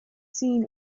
seen